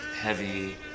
heavy